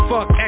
Fuck